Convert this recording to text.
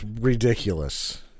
Ridiculous